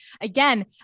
again